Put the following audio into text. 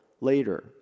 later